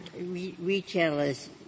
retailers